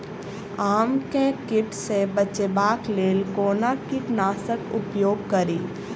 आम केँ कीट सऽ बचेबाक लेल कोना कीट नाशक उपयोग करि?